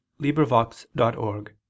libriVox.org